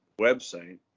website